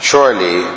Surely